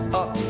up